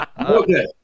Okay